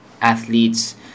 athletes